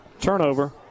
turnover